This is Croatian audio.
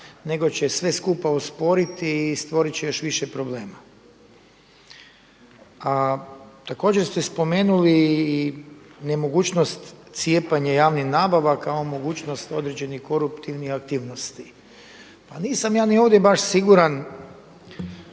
nego će sve skupa usporiti i stvorit će još više problema. A također ste spomenuli i nemogućnost cijepanja javnih nabava kao mogućnost određenih koruptivnih aktivnosti. Pa nisam ja ni ovdje baš siguran